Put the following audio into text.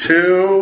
Two